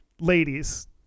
ladies